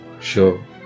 sure